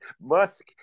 Musk